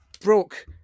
broke